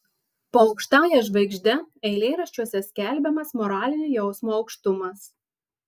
po aukštąja žvaigžde eilėraščiuose skelbiamas moralinio jausmo aukštumas